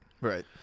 Right